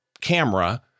camera